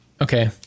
okay